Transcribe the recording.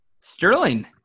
Sterling